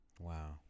Wow